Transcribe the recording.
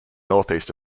northeast